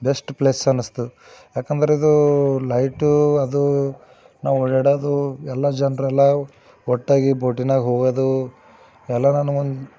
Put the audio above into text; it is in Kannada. ಬೆಸ್ಟ್ ಪ್ಲೇಸ್ ಅನ್ನಿಸ್ತು ಯಾಕಂದ್ರೆ ಇದು ಲೈಟು ಅದು ನಾವು ಓಡಾಡೋದು ಎಲ್ಲ ಜನರೆಲ್ಲ ಒಟ್ಟಾಗಿ ಬೋಟಿನಾಗ ಹೋಗೋದು ಎಲ್ಲ ನನಗೊಂದು